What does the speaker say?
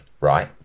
right